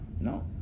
No